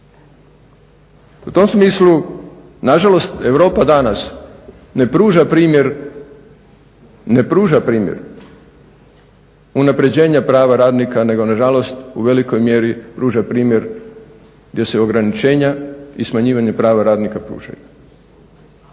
U tom smislu nažalost Europa danas ne pruža primjer unapređenja prava radnika nego nažalost u velikoj mjeri pruža primjer gdje se ograničenja i smanjivanja prava radnika pružaju.